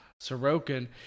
Sorokin